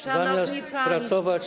Zamiast pracować.